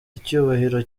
icyubahiro